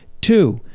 Two